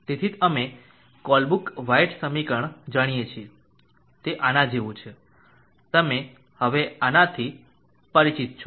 તેથી અમે Colebrook White સમીકરણ જાણીએ છીએ તે આના જેવું છે તમે હવે આનાથી પરિચિત છો